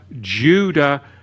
Judah